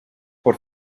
por